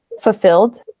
fulfilled